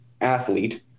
athlete